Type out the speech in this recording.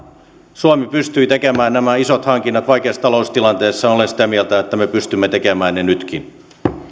suomi pystyi tekemään nämä isot hankinnat vaikeassa taloustilanteessa olen sitä mieltä että me pystymme tekemään ne nytkin